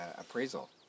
appraisal